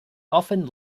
often